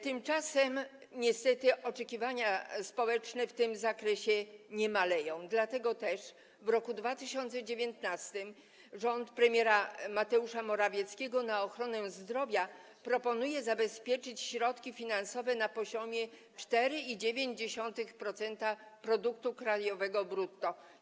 Tymczasem niestety oczekiwania społeczne w tym zakresie nie maleją, dlatego też w roku 2019 rząd premiera Mateusza Morawieckiego na ochronę zdrowia proponuje zabezpieczyć środki finansowe na poziomie 4,9% produktu krajowego brutto.